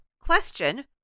question